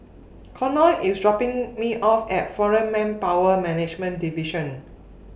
Connor IS dropping Me off At Foreign Manpower Management Division